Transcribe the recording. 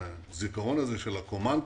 הזיכרון הזה של הקומנדקר.